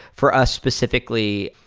for us specifically,